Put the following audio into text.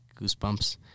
goosebumps